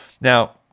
Now